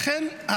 לכן,